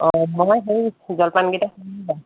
অঁ মই হেৰি জলপানকেইটা খুন্দি লওঁ